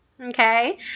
Okay